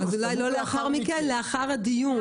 אז אולי לא לאחר מכן, אלא לאחר הדיון.